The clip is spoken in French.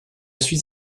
suis